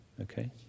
okay